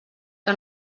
que